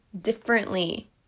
differently